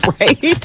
right